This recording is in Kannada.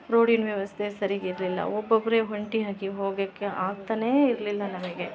ರೋಡಿನ ವ್ಯವಸ್ಥೆ ಸರಿಗೆ ಇರಲಿಲ್ಲ ಒಬ್ಬೊಬ್ಬರೆ ಒಂಟಿಯಾಗಿ ಹೋಗೋಕ್ಕೆ ಆಗ್ತ ಇರಲಿಲ್ಲ ನಮಗೆ